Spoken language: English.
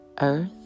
earth